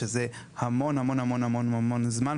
שזה המון המון זמן,